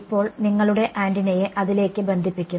ഇപ്പോൾ നിങ്ങളുടെ ആന്റിനയെ അതിലേത്തേക്ക് ബന്ധിപ്പിക്കുന്നു